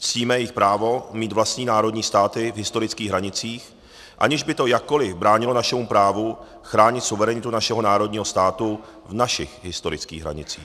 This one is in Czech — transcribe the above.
Ctíme i právo mít vlastní národní státy v historických hranicích, aniž by to jakkoliv bránilo našemu právu chránit suverenitu našeho národního státu v našich historických hranicích.